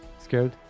Scared